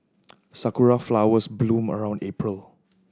sakura flowers bloom around April